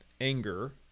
anger